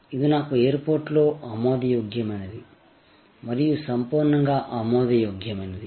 ఇది నాకు ఎయిర్పోర్టులో ఆమోదయోగ్యమైనది మరియు సంపూర్ణంగా ఆమోదయోగ్యమైనది